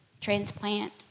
transplant